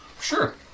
Sure